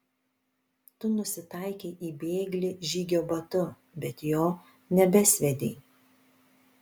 tu nusitaikei į bėglį žygio batu bet jo nebesviedei